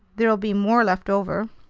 there'll be more left over!